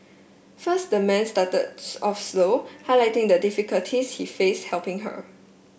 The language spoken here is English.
first the man started off slow highlighting the difficulties he faced helping her